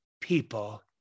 people